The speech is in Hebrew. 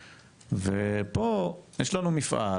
ופה יש לנו מפעל